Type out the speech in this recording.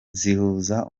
zihuza